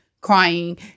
Crying